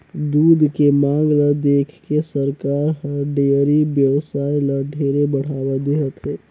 दूद के मांग ल देखके सरकार हर डेयरी बेवसाय ल ढेरे बढ़ावा देहत हे